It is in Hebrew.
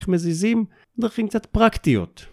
מזיזים, דרכים קצת פרקטיות